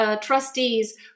trustees